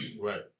Right